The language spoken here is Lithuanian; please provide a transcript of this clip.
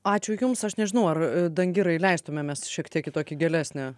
ačiū jums aš nežinau ar dangirai leistumėmės šiek tiek į tokią gilesnę